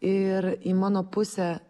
ir į mano pusę